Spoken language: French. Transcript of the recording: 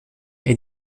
est